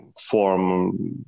form